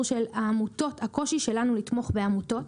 של העמותות הקושי שלנו לתמוך בעמותות,